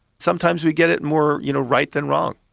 sometimes we get it more you know right than wrong,